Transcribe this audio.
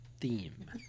theme